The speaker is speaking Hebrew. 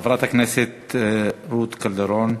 חברת הכנסת רות קלדרון.